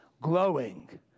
glowing